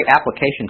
application